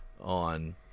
on